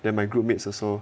then my group mates also